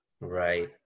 Right